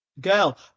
Girl